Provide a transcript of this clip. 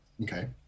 Okay